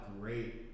great